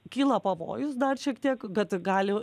kyla pavojus dar šiek tiek kad gali